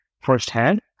firsthand